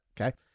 Okay